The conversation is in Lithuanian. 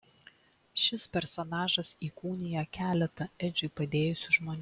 šis personažas įkūnija keletą edžiui padėjusių žmonių